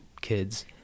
kids